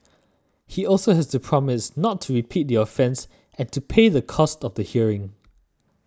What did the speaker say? he also has to promise not to repeat the offence and to pay the cost of the hearing